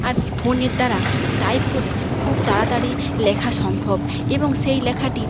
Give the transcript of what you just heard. আর ফোনের দ্বারা টাইপ করে খুব তাড়াতাড়ি লেখা সম্ভব এবং সেই লেখাটি